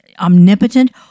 omnipotent